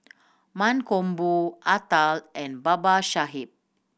Mankombu Atal and Babasaheb